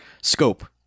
scope